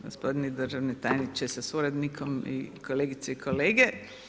Gospodine državni tajniče sa suradnikom i kolegice i kolege.